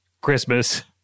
Christmas